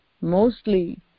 mostly